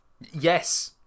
Yes